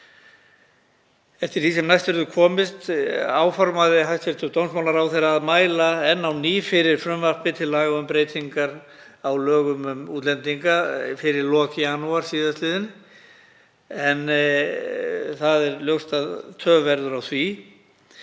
Eftir því sem næst verður komist áformaði hæstv. dómsmálaráðherra að mæla enn á ný fyrir frumvarpi til laga um breytingar á lögum um útlendinga fyrir lok janúar síðastliðins en ljóst er að töf verður á því.